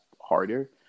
harder